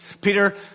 Peter